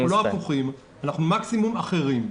אנחנו לא הפוכים, אנחנו מקסימום אחרים.